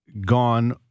gone